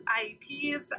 IEPs